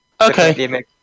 Okay